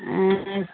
ए